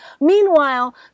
Meanwhile